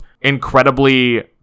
incredibly